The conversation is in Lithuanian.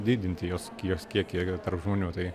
didinti jos jos kiekį tarp žmonių tai